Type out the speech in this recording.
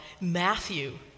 Matthew